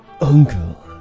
Uncle